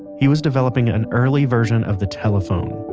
he was developing an early version of the telephone.